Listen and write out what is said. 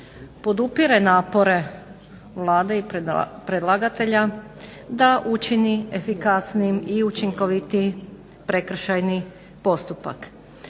podupire napore Vlade i predlagatelja da učini efikasnijim i učinkovitijim prekršajni postupak.